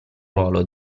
ruolo